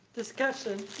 discussions?